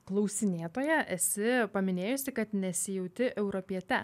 klausinėtoja esi paminėjusi kad nesijauti europiete